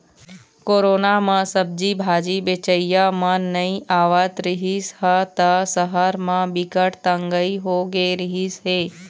corona म सब्जी भाजी बेचइया मन नइ आवत रिहिस ह त सहर म बिकट तंगई होगे रिहिस हे